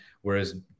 whereas